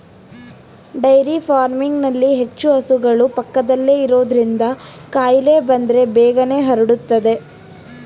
dairy ಫಾರ್ಮಿಂಗ್ನಲ್ಲಿ ಹೆಚ್ಚು ಹಸುಗಳು ಪಕ್ಕದಲ್ಲೇ ಇರೋದ್ರಿಂದ ಕಾಯಿಲೆ ಬಂದ್ರೆ ಬೇಗನೆ ಹರಡುತ್ತವೆ